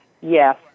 Yes